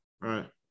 right